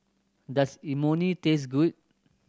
does Imoni taste good